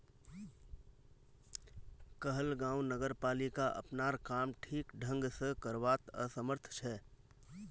कहलगांव नगरपालिका अपनार काम ठीक ढंग स करवात असमर्थ छ